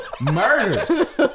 murders